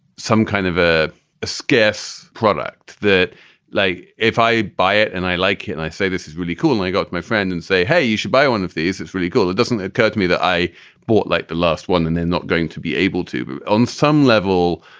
some kind of ah a scarce product that like if i buy it and i like it and i say, this is really cool, i got my friend and say, hey, you should buy one of these. it's really good. it doesn't occur to me that i bought like the last one. and they're not going to be able to on some level.